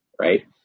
Right